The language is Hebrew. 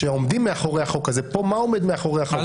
שעומדים מאחורי החוק הזה.